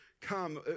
come